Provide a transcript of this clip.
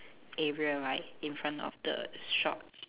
area right in front of the shop